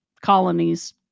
colonies